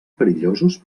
perillosos